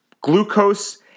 glucose